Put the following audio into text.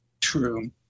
True